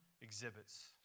exhibits